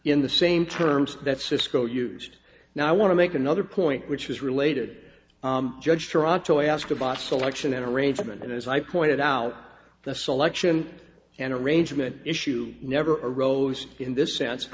in the same terms that cisco used now i want to make another point which is related judge toronto asked about selection an arrangement and as i pointed out the selection and arrangement issue never rose in this